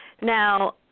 Now